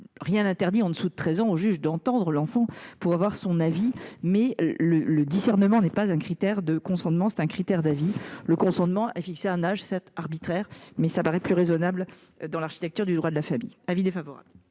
rien n'interdit au juge d'entendre l'enfant de 13 ans pour avoir son avis, mais le discernement n'est pas un critère de consentement ; c'est un critère d'avis. Le consentement est fixé à un âge, certes arbitraire, mais cela paraît plus raisonnable dans l'architecture du droit de la famille. Quel est l'avis